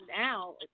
now